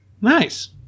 Nice